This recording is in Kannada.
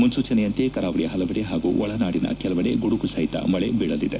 ಮುನ್ಸೂಚನೆಯಂತೆ ಕರಾವಳಿಯ ಹಲವೆಡೆ ಹಾಗೂ ಒಳನಾಡಿನ ಕೆಲವೆಡೆ ಗುಡುಗುಸಹಿತ ಮಳೆ ಬೀಳಲಿದೆ